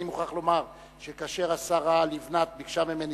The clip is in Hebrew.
אני מוכרח לומר שכאשר השרה לבנת ביקשה ממני